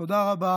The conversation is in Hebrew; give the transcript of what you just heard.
תודה רבה